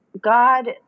God